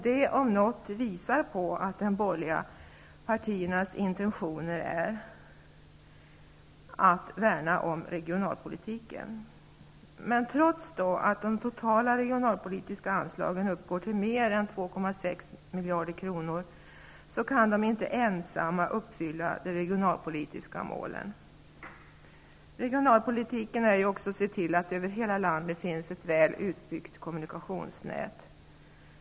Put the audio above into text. Detta om något visar att de borgerliga partiernas intentioner är att värna om regionalpolitiken. Men trots att de totala regionalpolitiska anslagen uppgår till mer än 2,6 miljarder kronor kan de inte ensamma uppfylla de regionalpolitiska målen. Regionalpolitik är också att se till att det över hela landet finns ett väl utbyggt kommunikationsnät.